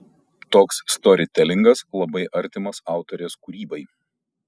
toks storytelingas labai artimas autorės kūrybai